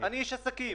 אני איש עסקים,